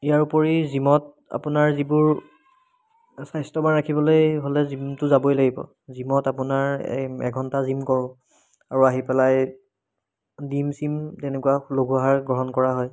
ইয়াৰ উপৰি জিমত আপোনাৰ যিবোৰ স্বাস্থ্যবান ৰাখিবলৈ হ'লে জিমটো যাবই লাগিব জিমত আপোনাৰ এ এঘণ্টা জিম কৰোঁ আৰু আহি পেলাই ডিম চিম তেনেকুৱা লঘু আহাৰ গ্ৰহণ কৰা হয়